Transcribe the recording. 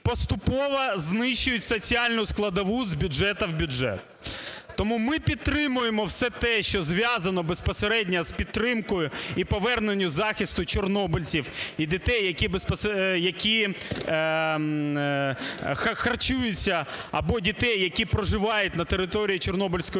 поступово знищують соціальну складову, з бюджету в бюджет. Тому ми підтримуємо все те, що зв'язано безпосередньо з підтримкою і поверненням захисту чорнобильців, і дітей, які харчуються, або дітей, які проживають на території Чорнобильської зони.